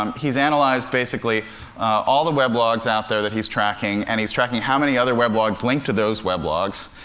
um he's analyzed basically all the weblogs out there that he's tracking. and he's tracking how many other weblogs linked to those weblogs,